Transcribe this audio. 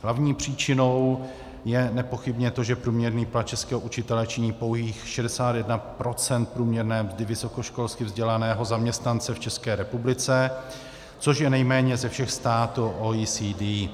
Hlavní příčinou je nepochybně to, že průměrný plat českého učitele činí pouhých 61 % průměrné mzdy vysokoškolsky vzdělaného zaměstnance v České republice, což je nejméně ze všech států OECD.